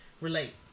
relate